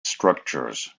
structures